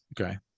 Okay